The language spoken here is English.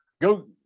go